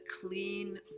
clean